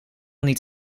niet